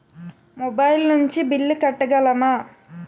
Mobile నుంచి bill కట్టగలమ?